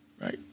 right